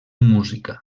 música